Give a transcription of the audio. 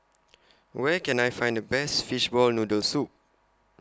Where Can I Find The Best Fishball Noodle Soup